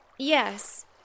Yes